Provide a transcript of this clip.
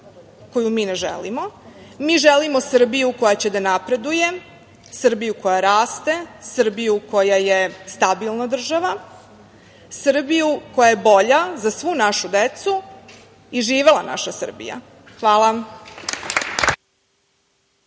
koju mi ne želimo. Mi želimo Srbiju koja će da napreduje, Srbiju koja raste, Srbiju koja je stabilna država, Srbiju koja je bolja za svu našu decu. Živela naša Srbija. Hvala.